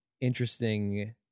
interesting